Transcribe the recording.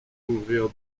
ouvrir